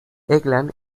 egan